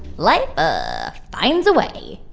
life, ah, finds a way